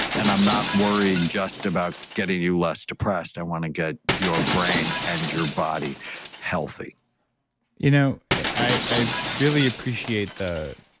and i'm not worried just about getting you less depressed and want to get your brain and your body healthy you know i really appreciate the